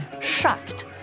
shocked